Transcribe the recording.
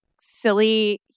silly